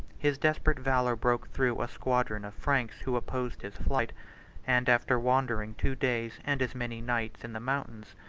his desperate valor broke through a squadron of franks who opposed his flight and after wandering two days and as many nights in the mountains,